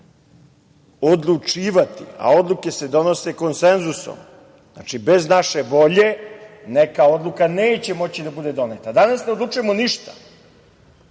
odlučivati, a odluke se donose konsenzusom. Znači, bez naše volje neka odluka neće moći da bude doneta. Danas ne odlučujemo ništa